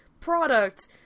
product